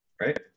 right